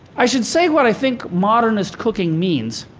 i should say what i think modernist cooking means.